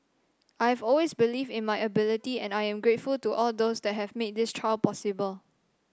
I have always believed in my ability and I am grateful to all those that have made this trial possible